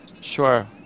Sure